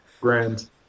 grand